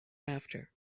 after